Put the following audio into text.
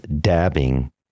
dabbing